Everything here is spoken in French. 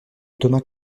thomas